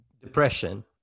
depression